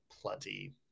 plenty